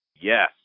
Yes